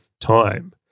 time